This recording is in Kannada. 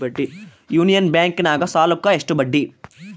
ಯೂನಿಯನ್ ಬ್ಯಾಂಕಿನಾಗ ಸಾಲುಕ್ಕ ಎಷ್ಟು ಬಡ್ಡಿ?